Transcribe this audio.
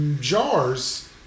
jars